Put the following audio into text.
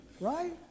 right